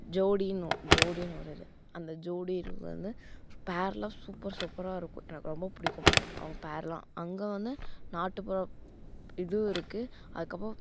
ஜோடின்னுவோம் ஜோடின்னு ஒரு இது அந்த ஜோடி வந்து பேரெல்லாம் சூப்பர் சூப்பராக இருக்கும் எனக்கு ரொம்ப பிடிக்கும் அவங்க பேரெல்லாம் அங்கே வந்து நாட்டுப்புற இதுவும் இருக்குது அதுக்கப்புறம்